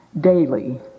daily